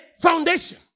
foundation